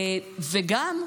וגם,